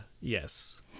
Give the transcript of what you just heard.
yes